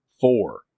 four